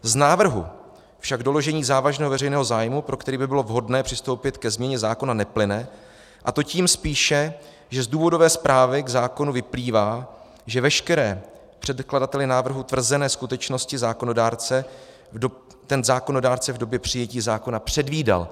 Z návrhu však doložení závažného veřejného zájmu, pro který by bylo vhodné přistoupit ke změně zákona, neplyne, a to tím spíše, že z důvodové zprávy k zákonu vyplývá, že veškeré předkladateli návrhu tvrzené skutečnosti zákonodárce v době přijetí zákona předvídal.